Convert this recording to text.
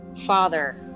father